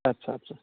आच्चा आच्चा